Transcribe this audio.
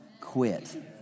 quit